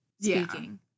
speaking